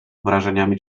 wrażeniami